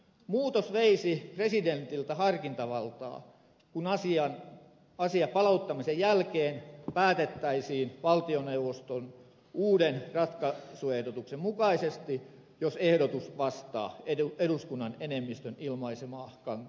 muutos veisi presidentiltä harkintavaltaa kun asia palauttamisen jälkeen päätettäisiin valtioneuvoston uuden ratkaisuehdotuksen mukaisesti jos ehdotus vastaa eduskunnan enemmistön ilmaisemaa kantaa asiassa